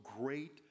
great